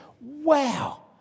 Wow